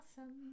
Awesome